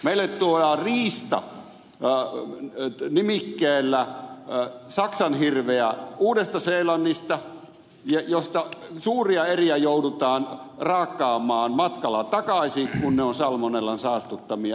meille tuodaan riista nimikkeellä saksanhirveä uudesta seelannista ja siitä suuria eriä joudutaan raakkaamaan matkalla takaisin kun ne ovat salmonellan saastuttamia eriä